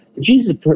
Jesus